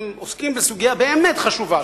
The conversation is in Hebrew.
הם עוסקים בסוגיה באמת חשובה,